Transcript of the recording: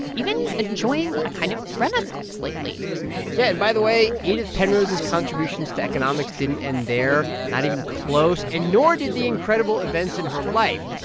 even enjoying a kind of renaissance lately yeah, and by the way, edith penrose's contributions to economics didn't end there not even close and nor did the incredible events in her life.